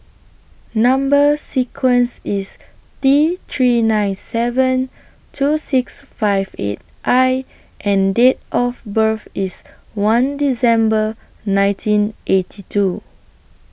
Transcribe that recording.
Number sequence IS T three nine seven two six five eight I and Date of birth IS one December nineteen eighty two